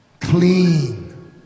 clean